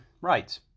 Right